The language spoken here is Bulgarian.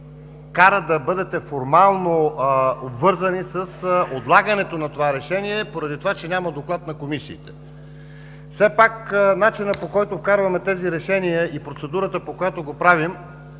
да бъдете формално обвързани с отлагането на това решение, поради това че няма доклад на комисиите. Все пак начинът, по който вкарваме тези решения, и процедурата, по която го правим,